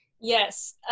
Yes